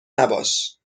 نباش